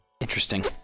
interesting